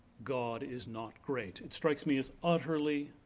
god is not great. it strikes me as utterly